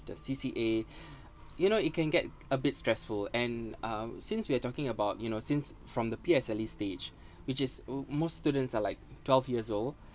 the C_C_A you know you can get a bit stressful and um since we are talking about you know since from the P_S_L_E stage which is most students are like twelve years old